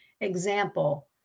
example